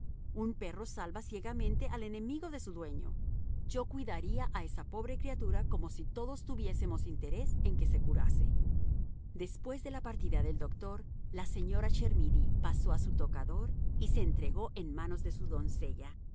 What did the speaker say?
un perro salva ciegamente al enemigo de su dueño yo cuidaré a esa pobre criatura como si todos tuviésemos interés en que se curase después de la partida del doctor la señora chermidy pasó a su tocador y se entregó en manos de su doncella por la